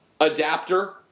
adapter